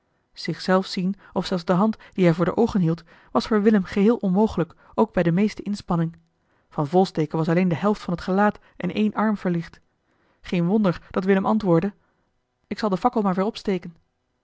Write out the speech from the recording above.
zelf zien of zelfs de hand die hij voor de oogen hield was voor willem geheel onmogelijk ook bij de meeste inspanning van volsteke was alleen de helft van het gelaat en éen arm verlicht geen wonder dat willem antwoordde ik zal de fakkel maar weer opsteken